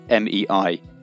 MEI